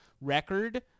record